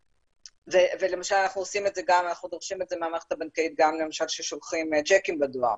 אנחנו דורשים את זה מהמערכת הבנקאית גם כששולחים צ'קים בדואר.